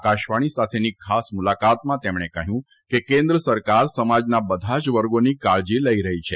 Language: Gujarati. આકાશવાણી સાથેની ખાસ મુલાકાતમાં તેમણે કહ્યું હતું કે કેન્દ્ર સરકાર સમાજના બધા જ વર્ગોની કાળજી લઇ રહી છે